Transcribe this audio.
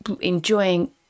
enjoying